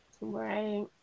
Right